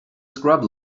scrub